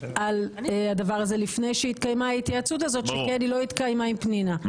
על הדבר הזה לפני שהתקיימה ההתייעצות הזאת שכן היא לא התקיימה עם פנינה.